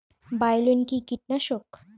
বায়োলিন কি কীটনাশক?